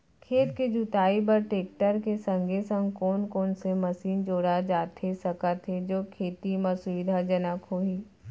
खेत के जुताई बर टेकटर के संगे संग कोन कोन से मशीन जोड़ा जाथे सकत हे जो खेती म सुविधाजनक होही?